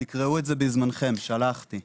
תקראו את זה בזמנכם, שלחתי,